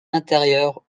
intérieurs